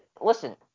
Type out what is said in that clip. Listen